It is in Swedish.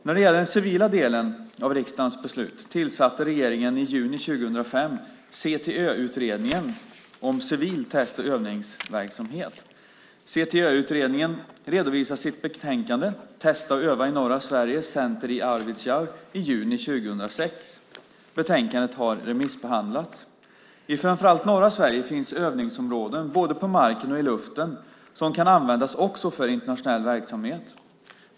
När det gäller den civila delen av riksdagens beslut tillsatte regeringen i juni 2005 CTÖ-utredningen om civil test och övningsverksamhet. CTÖ-utredningen redovisade sitt betänkande Testa och öva i norra Sverige - Center i Arvidsjaur i juni 2006. Betänkandet har remissbehandlats. I framför allt norra Sverige finns övningsområden både på marken och i luften som kan användas också för internationell verksamhet.